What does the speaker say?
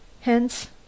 Hence